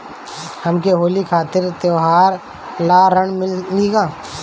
हमके होली खातिर त्योहार ला ऋण मिली का?